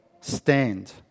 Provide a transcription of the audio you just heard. stand